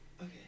Okay